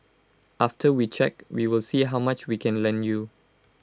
after we check we will see how much we can lend you